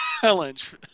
challenge